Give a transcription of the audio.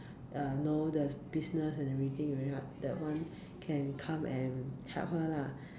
uh know the business and everything already lah that one can come and help her lah